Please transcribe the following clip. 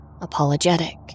Apologetic